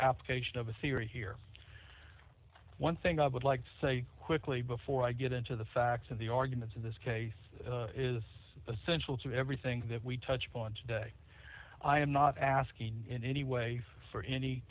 application of a theory here one thing i would like to say quickly before i get into the facts of the arguments in this case is essential to everything that we touch upon today i am not asking in any way for any